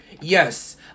Yes